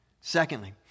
Secondly